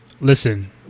listen